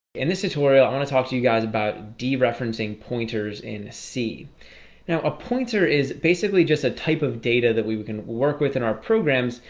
in this tutorial i want to talk to you guys about dereferencing pointers in c now a pointer is basically just a type of data that we we can work with in our programs.